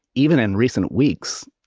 even in recent weeks,